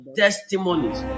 testimonies